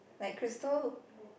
like Crystal